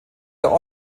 der